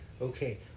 okay